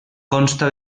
consta